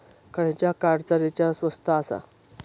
खयच्या कार्डचा रिचार्ज स्वस्त आसा?